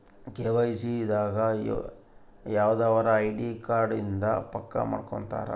KYC ದಾಗ ಯವ್ದರ ID card ಇಂದ ಪಕ್ಕ ಮಾಡ್ಕೊತರ